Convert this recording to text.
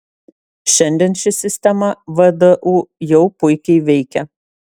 šiandien ši sistema vdu jau puikiai veikia